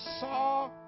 saw